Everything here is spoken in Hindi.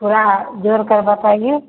थोड़ा जोड़कर बताइए